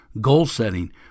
Goal-setting